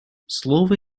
слово